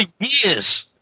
years